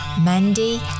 Mandy